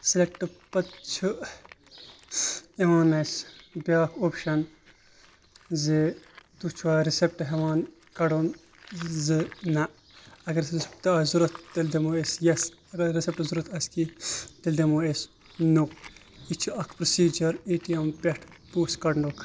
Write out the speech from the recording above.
select پَتہٕ چھِ یِوان اَسہِ بیٛاکھ اوٚپشَن زِ تُہۍ چھُوَا رِسٮ۪پٹ ہٮ۪وان کَڑُن زٕ نہ اگر رِسٮ۪پٹ آسہِ ضروٗرَت تیٚلہِ دِمو أسۍ یَس اگر رِسٮ۪پٹ ضروٗرَت آسہِ کینٛہہ تیٚلہِ دِمو أسۍ نو یہِ چھِ اَکھ پرٛوٚسیٖجَر اے ٹی اٮ۪م پٮ۪ٹھ پونٛسہٕ کَڑنُک